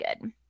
good